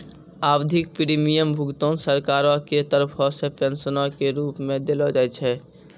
आवधिक प्रीमियम भुगतान सरकारो के तरफो से पेंशनो के रुप मे देलो जाय छै